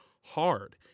hard